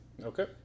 Okay